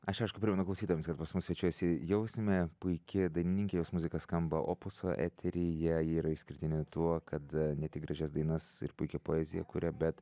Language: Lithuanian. aš aišku primenu klausytojams kad pas mus svečiuojasi jausmė puiki dainininkė jos muzika skamba opuso eteryje ji yra išskirtinė tuo kad a ne tik gražias dainas ir puikią poeziją kuria bet